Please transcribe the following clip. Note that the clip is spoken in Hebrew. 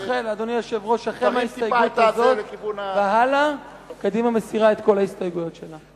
החל מההסתייגות הזו והלאה קדימה מסירה את כל ההסתייגויות שלה.